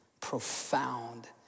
profound